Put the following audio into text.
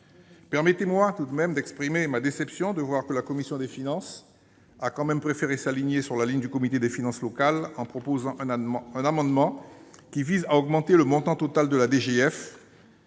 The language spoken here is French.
Permettez-moi tout de même d'exprimer ma déception de voir que la commission des finances a préféré s'aligner sur la position du Comité des finances locales en proposant un amendement visant à augmenter le montant total de la DGF,